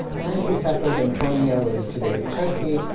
and he settled in konya, what is today's turkey,